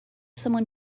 someone